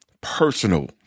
personal